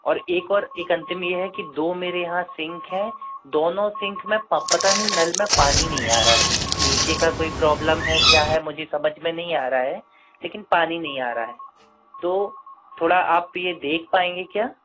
और एक और एक अंतिम यह है कि दो मेरे यहाँ सिंक हैं दोनों सिंक में पता नहीं नल में पानी नहीं आ रहा है नीचे का कोई प्रॉब्लम है क्या है मुझे समझ में नहीं आ रहा है लेकिन पानी नहीं आ रहा है तो थोड़ा आप यह देख पाएंगे क्या